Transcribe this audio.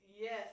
Yes